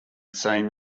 same